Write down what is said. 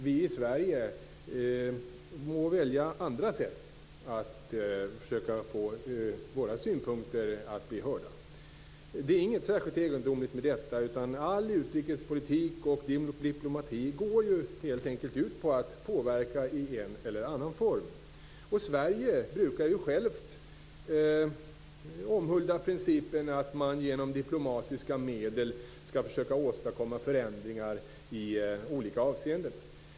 Vi i Sverige må välja andra sätt att försöka få våra synpunkter hörda. All utrikespolitik och diplomati går ut på att påverka i en eller annan form. Sverige brukar ju självt omhulda principen att man genom diplomatiska medel skall försöka åstadkomma förändringar i olika avseenden.